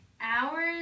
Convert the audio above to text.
Hours